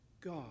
God